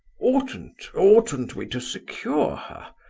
oughtn't-oughtn't oughtn't-oughtn't we to secure her?